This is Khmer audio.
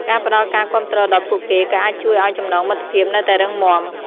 ការផ្តល់ការគាំទ្រដល់ពួកគេ ក៏អាចជួយឲ្យចំណងមិត្តភាពនៅតែរឹងមាំ។